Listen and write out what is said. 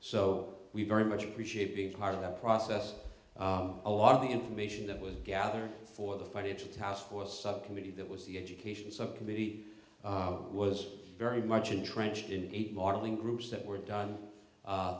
so we very much appreciate being part of that process a lot of the information that was gathered for the financial task force subcommittee that was the education subcommittee was very much entrenched in eight modeling groups that were done